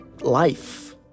life